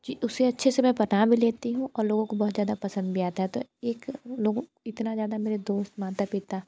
जी उसे अच्छे से मैं बना भी लेती हूँ और लोगों को बहुत ज़्यादा पसंद भी आता है तो एक लोगों इतना ज़्यादा मेरे दोस्त माता पिता